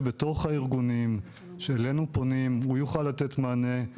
בתוך הארגונים שאלינו פונים והוא יוכל לתת מענה,